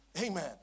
amen